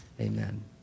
Amen